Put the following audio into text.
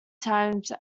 times